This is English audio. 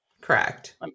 Correct